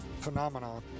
phenomenon